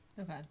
Okay